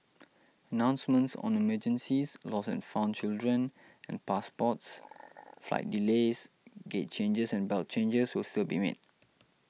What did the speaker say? announcements on the emergencies lost and found children and passports flight delays gate changes and belt changes will still be made